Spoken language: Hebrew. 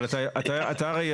אבל הרי,